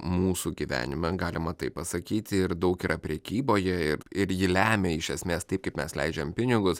mūsų gyvenime galima taip pasakyti ir daug yra prekyboje ir ji lemia iš esmės taip kaip mes leidžiam pinigus